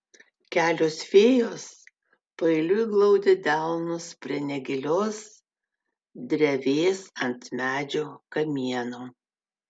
kelios fėjos paeiliui glaudė delnus prie negilios drevės ant medžio kamieno